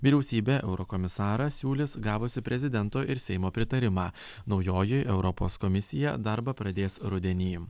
vyriausybė eurokomisarą siūlys gavusi prezidento ir seimo pritarimą naujoji europos komisija darbą pradės rudenį